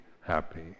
happy